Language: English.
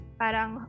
parang